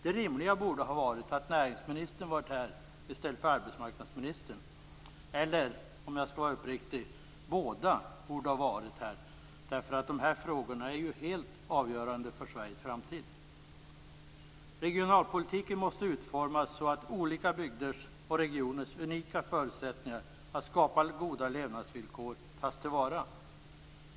Det rimliga borde ha varit att näringsministern hade varit här i stället för arbetsmarknadsministern. Ja, egentligen borde, uppriktigt sagt, båda ha varit här, eftersom de här frågorna är helt avgörande för Sveriges framtid. Regionalpolitiken måste utformas så att olika bygders och regioners unika förutsättningar att skapa goda levnadsvillkor tas till vara.